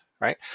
right